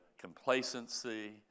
complacency